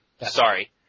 sorry